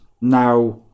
now